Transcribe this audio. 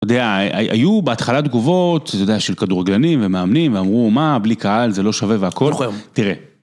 היו בהתחלה תגובות של כדורגלנים ומאמנים ואמרו מה בלי קהל זה לא שווה והכל נכון תראה